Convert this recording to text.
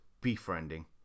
befriending